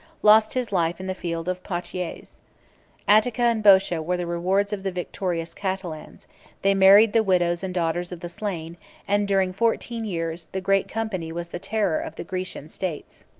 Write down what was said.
lost his life in the field of poitiers attica and botia were the rewards of the victorious catalans they married the widows and daughters of the slain and during fourteen years, the great company was the terror of the grecian states.